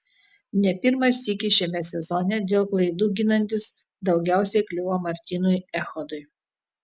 ne pirmą sykį šiame sezone dėl klaidų ginantis daugiausiai kliuvo martynui echodui